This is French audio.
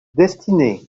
destiné